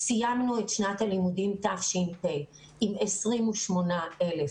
אנחנו סיימנו את שנת הלימודים תש"פ עם 28 אלף